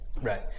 Right